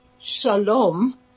shalom